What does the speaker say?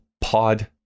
pod